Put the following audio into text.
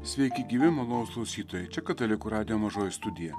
sveiki gyvi malonūs klausytojai čia katalikų radijo mažoji studija